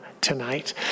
tonight